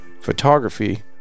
Photography